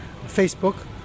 Facebook